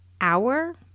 hour